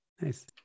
Nice